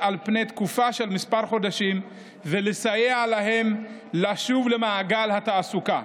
על פני תקופה של כמה חודשים ולסייע להם לשוב למעגל התעסוקה.